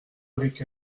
avec